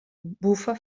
bufa